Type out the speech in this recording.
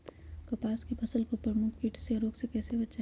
कपास की फसल को प्रमुख कीट और रोग से कैसे बचाएं?